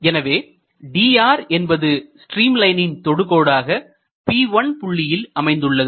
எனவே dr என்பது stream லைனின் தொடுகோடாக P1 புள்ளியில் அமைந்துள்ளது